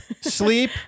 Sleep